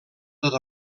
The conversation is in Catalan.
tot